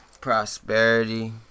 Prosperity